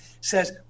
says